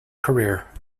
career